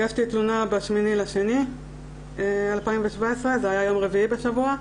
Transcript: הגשתי תלונה ב-8.2.2017, זה היה יום רביעי בשבוע.